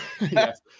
Yes